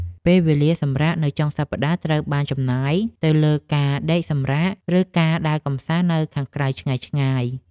ពេលវេលាសម្រាកនៅចុងសប្តាហ៍ត្រូវបានចំណាយទៅលើការដេកសម្រាក ឬការដើរកម្សាន្តនៅខាងក្រៅឆ្ងាយៗ។